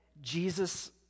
Jesus